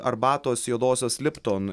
arbatos juodosios lipton